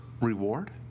reward